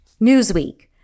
Newsweek